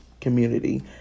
community